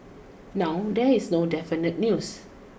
now there is no definite news